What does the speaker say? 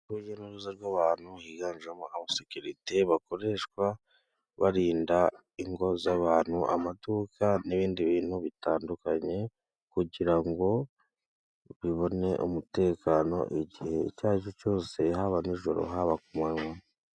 Urujya n'uruza rw'abantu biganjemo abasekirite bakoreshwa barinda ingo z'abantu, amaduka n'ibindi bintu bitandukanye, kugira ngo bibone umutekano igihe icyo ari cyo cyose haba nijoro haba ku manywa.